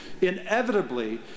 inevitably